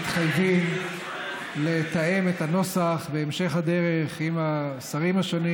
מתחייבים לתאם את הנוסח בהמשך הדרך עם השרים השונים.